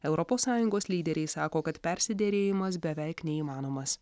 europos sąjungos lyderiai sako kad persiderėjimas beveik neįmanomas